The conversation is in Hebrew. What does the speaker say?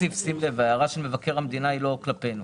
ההערה של מבקר המדינה היא לא כלפינו.